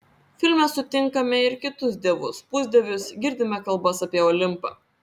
filme sutinkame ir kitus dievus pusdievius girdime kalbas apie olimpą